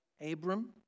Abram